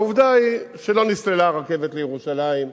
והעובדה היא שלא נסללה הרכבת לירושלים,